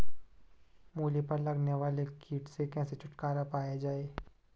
मूली पर लगने वाले कीट से कैसे छुटकारा पाया जाये?